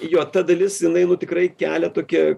jo ta dalis jinai nu tikrai kelia tokį